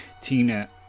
Tina